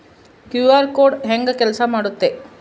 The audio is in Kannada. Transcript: ಕ್ಯೂ.ಆರ್ ಕೋಡ್ ಹೆಂಗ ಕೆಲಸ ಮಾಡುತ್ತೆ?